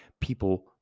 people